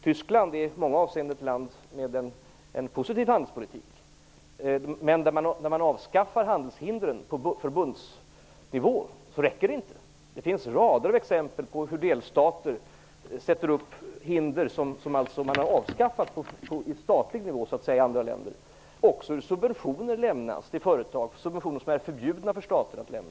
Tyskland är i många avseenden ett land med en positiv handelspolitik, men det räcker inte att avskaffa handelshindren på förbundsnivå. Det finns rader av exempel på hur delstater sätter upp hinder som man har avskaffat på statlig nivå i andra länder. Subventioner lämnas till företag - subventioner som är förbjudna för stater att lämna.